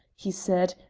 he said,